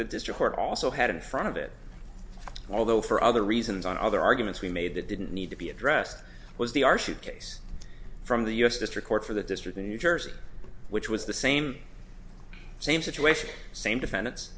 the district court also had in front of it although for other reasons and other arguments we made that didn't need to be addressed was the our ship case from the u s district court for the district in new jersey which was the same same situation same defendants